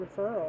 Referral